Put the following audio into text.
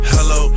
Hello